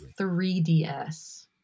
3DS